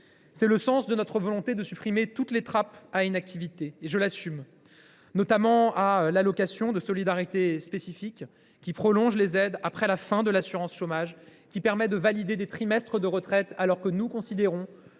C’est notre volonté de supprimer toutes les trappes à inactivité, ce que j’assume totalement. Je pense notamment à l’allocation de solidarité spécifique (ASS), qui prolonge les aides après la fin de l’assurance chômage et qui permet de valider des trimestres de retraite, alors que nous considérons